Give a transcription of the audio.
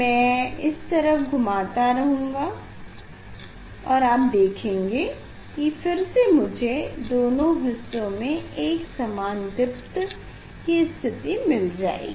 मैं इस तरह घूमाता रहूँगा और आप देखेंगे कि फिर से मुझे दोनों हिस्सों में एकसमान दीप्त की स्थिति मिल जाएगी